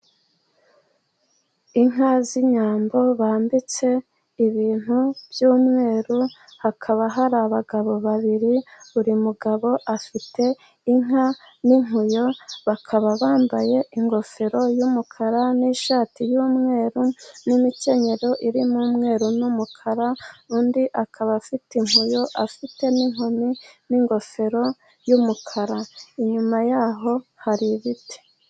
Inka z'inyambo bambitse ibintu by'umweru, hakaba hari abagabo babiri buri mugabo afite inka n'inkuyo, bakaba bambaye ingofero y'umukara n'ishati y'umweru n'imikenyero irimo umweru n'umukara, undi akaba afite inkuyo afite n'inkoni n'ingofero y'umukara inyuma yaho hari ibiti.